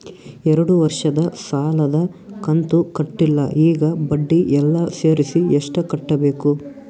ಎರಡು ವರ್ಷದ ಸಾಲದ ಕಂತು ಕಟ್ಟಿಲ ಈಗ ಬಡ್ಡಿ ಎಲ್ಲಾ ಸೇರಿಸಿ ಎಷ್ಟ ಕಟ್ಟಬೇಕು?